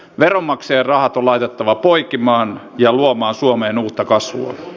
veronmaksajien rahat on laitettava poikimaan ja luomaan suomeen uutta kasvua